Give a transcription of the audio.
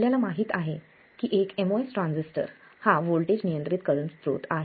आपल्याला माहित आहे की एक MOS ट्रान्झिस्टर हा व्होल्टेज नियंत्रित करंट स्त्रोत आहे